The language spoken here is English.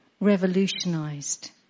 revolutionised